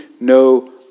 no